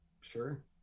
sure